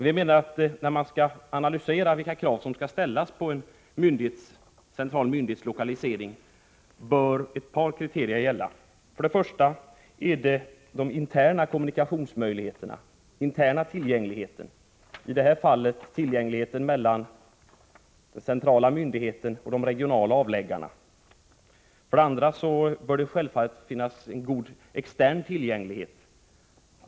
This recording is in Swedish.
Vi menar att när man skall analysera vilka krav som skall ställas på en central myndighets lokalisering bör ett par kriterier gälla. För det första bör de interna kommunikationsmöjligheterna vara goda, i det här fallet tillgängligheten mellan den centrala myndigheten och de regionala avläggarna. För det andra bör självfallet finnas en god extern tillgänglighet.